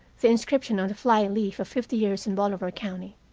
the inscription on the fly-leaf of fifty years in bolivar county.